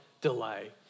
delay